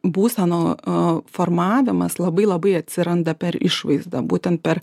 būseno o formavimas labai labai atsiranda per išvaizdą būtent per